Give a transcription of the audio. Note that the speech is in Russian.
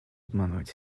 обманывать